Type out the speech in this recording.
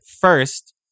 first